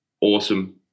awesome